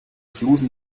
flusen